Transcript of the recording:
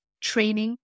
training